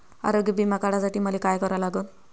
आरोग्य बिमा काढासाठी मले काय करा लागन?